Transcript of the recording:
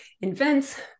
invents